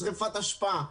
שריפת אשפה,